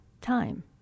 time